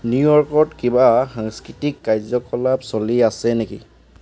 নিউয়ৰ্কত কিবা সাংস্কৃতিক কাৰ্য্যকলাপ চলি আছে নেকি